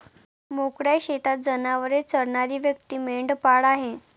मोकळ्या शेतात जनावरे चरणारी व्यक्ती मेंढपाळ आहे